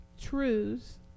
truths